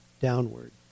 downward